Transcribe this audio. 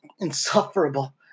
insufferable